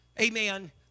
amen